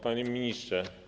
Panie Ministrze!